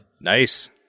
Nice